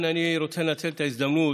אני מאמין שיש היגיון בטבלה שהוצמדה להצעת החוק,